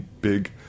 big